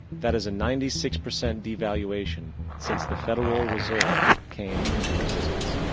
that is a ninety six percent devaluation since the federal reserve came into existence.